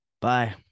Bye